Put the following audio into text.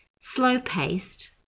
slow-paced